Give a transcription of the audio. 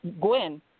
Gwen